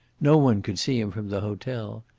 no one could see him from the hotel.